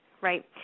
right